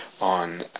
on